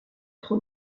trop